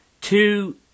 two